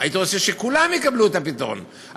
הייתי רוצה שכולם יקבלו את הפתרון.